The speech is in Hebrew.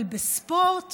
אבל בספורט